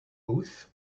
oath